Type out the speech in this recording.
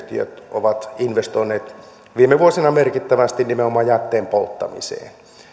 ovat investoineet viime vuosina merkittävästi nimenomaan jätteen polttamiseen